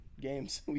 games